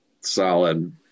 solid